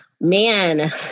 man